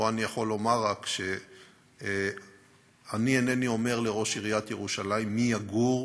פה אני יכול לומר לך שאני אינני אומר לראש עיריית ירושלים מי יגור